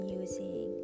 using